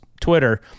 Twitter